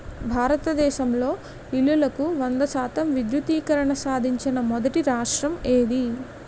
భారతదేశంలో ఇల్లులకు వంద శాతం విద్యుద్దీకరణ సాధించిన మొదటి రాష్ట్రం ఏది?